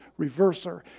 reverser